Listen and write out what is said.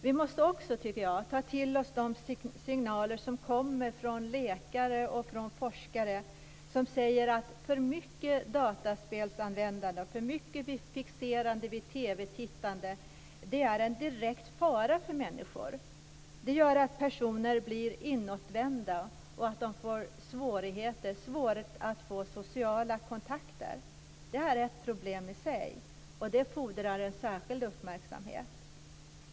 Vi måste också, tycker jag, ta till oss de signaler som kommer från läkare och forskare som säger att för mycket dataspelsanvändande och för mycket fixerande vid TV-tittande är en direkt fara för människor. Det gör att personer blir inåtvända och att de får svårt att få sociala kontakter. Det är ett problem i sig och det fordrar en särskild uppmärksamhet.